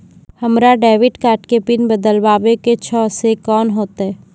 हमरा debit card के PIN बदलबावै के छैं से कौन होतै?